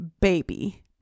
baby